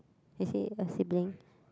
is he a sibling